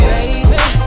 baby